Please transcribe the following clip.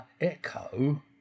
echo